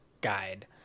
guide